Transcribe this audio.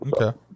Okay